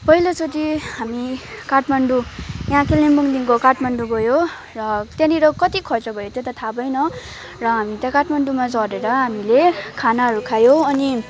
पहिलो चोटि हामी काठमाडौँ यहाँ कालिम्पोङदेखिको काठमाडौँ गयो र त्यहाँनिर कति खर्च भयो त्यो त थाहा भएन र हामी त काठमाडौँमा झरेर हामीले खानाहरू खायो अनि